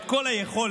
את כל היכולת,